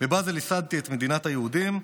"בבזל ייסדתי את מדינת היהודים,